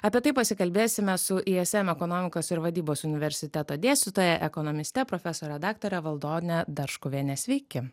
apie tai pasikalbėsime su ism ekonomikos ir vadybos universiteto dėstytoja ekonomiste profesore daktare valdone darškuviene sveiki